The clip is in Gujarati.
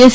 એસ